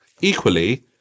equally